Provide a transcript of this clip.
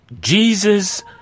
Jesus